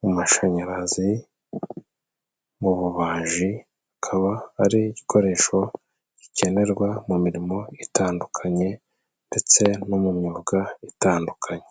mu mashanyarazi, mu bubaji. Akaba ari igikoresho gikenerwa mu mirimo itandukanye ndetse no mu myuga itandukanye.